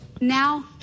Now